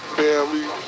family